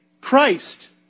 Christ